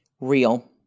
Real